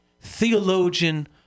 theologian